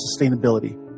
sustainability